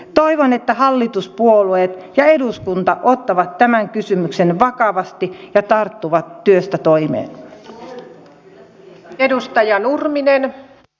toivon että hallituspuolueet ja eduskunta ottavat tämän kysymyksen vakavasti ja tarttuvat tuumasta toimeen